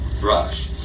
brush